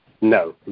No